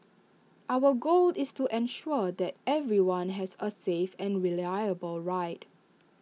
our goal is to ensure that everyone has A safe and reliable ride